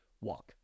walk